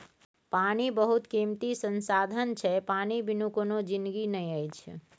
पानि बहुत कीमती संसाधन छै पानि बिनु कोनो जिनगी नहि अछि